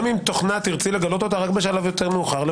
גם אם תוכנה תרצי לגלות אותה רק בשלב מאוחר יותר,